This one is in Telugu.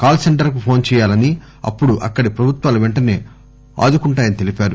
కాల్పెంటర్కు ఫోస్ చేయాలని అప్పుడు అక్కడి ప్రభుత్వాలు పెంటసే ఆదుకుంటాయని తెలిపారు